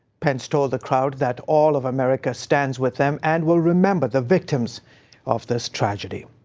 pence told the crowd that all of america stands with them, and will remember the victims of this tragedy.